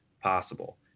possible